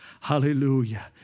Hallelujah